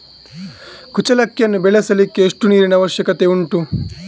ಕುಚ್ಚಲಕ್ಕಿಯನ್ನು ಬೆಳೆಸಲಿಕ್ಕೆ ಎಷ್ಟು ನೀರಿನ ಅವಶ್ಯಕತೆ ಉಂಟು?